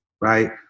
Right